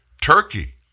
Turkey